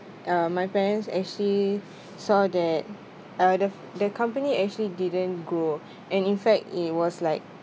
uh my parents actually saw that uh the company actually didn't grow and in fact it was like